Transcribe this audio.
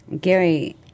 Gary